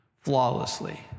flawlessly